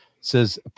says